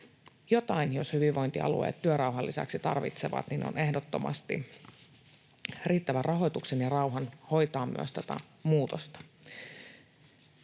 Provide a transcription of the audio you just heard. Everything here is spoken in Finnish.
jos hyvinvointialueet työrauhan lisäksi jotain tarvitsevat, niin ehdottomasti riittävän rahoituksen ja rauhan hoitaa myös tätä muutosta.